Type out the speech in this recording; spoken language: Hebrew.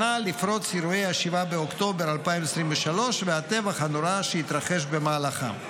שנה לפרוץ אירועי 7 באוקטובר 2023 והטבח הנורא שהתרחש במהלכם.